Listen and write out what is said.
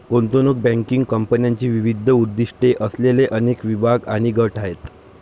गुंतवणूक बँकिंग कंपन्यांचे विविध उद्दीष्टे असलेले अनेक विभाग आणि गट आहेत